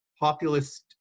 populist